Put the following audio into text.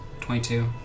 twenty-two